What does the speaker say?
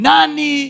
Nani